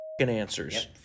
answers